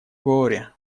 горе